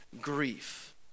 grief